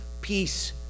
peace